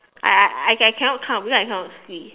I I I I cannot count because I cannot see